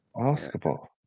Basketball